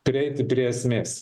prieiti prie esmės